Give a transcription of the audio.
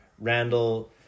Randall